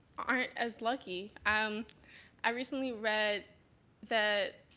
aren't as lucky. um i recently read that,